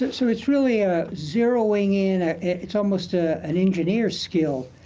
so it's really and ah zeroing in. it's almost ah an engineer skill,